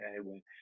okay